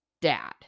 dad